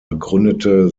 begründete